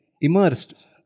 immersed